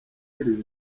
hills